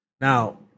now